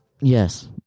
Yes